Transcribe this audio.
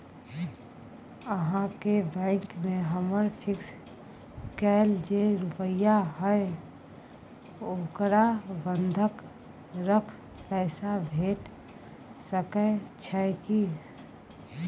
अहाँके बैंक में हमर फिक्स कैल जे रुपिया हय ओकरा बंधक रख पैसा भेट सकै छै कि?